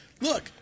look